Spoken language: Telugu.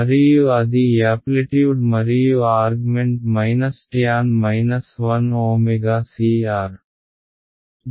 మరియు అది యాప్లిట్యూడ్ మరియు ఆర్గ్మెంట్ tan 1 ω c R